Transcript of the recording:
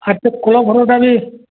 ଆର୍ ସେ କ୍ଲବ୍ ଘରଟା ବି